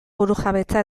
burujabetza